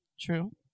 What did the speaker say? True